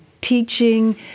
teaching